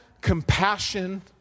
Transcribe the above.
compassion